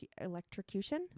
electrocution